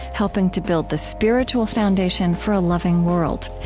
helping to build the spiritual foundation for a loving world.